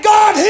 God